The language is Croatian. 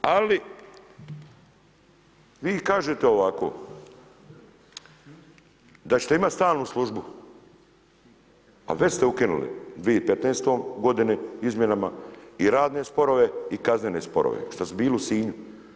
Ali vi kažete ovako: da ćete imati stalnu službu, a već ste ukinuli 2015. godine izmjenama i radne sporove i kaznene sporove šta su bili u Sinju.